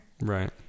Right